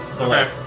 Okay